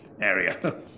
area